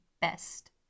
best